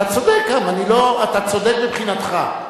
לא, לא, אתה צודק גם, אתה צודק מבחינתך.